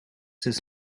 this